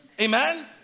Amen